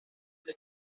sus